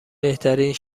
بهترین